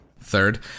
Third